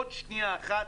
עוד שנייה אחת.